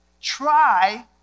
Try